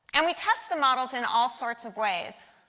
and we test the models in all sorts of ways.